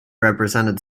represented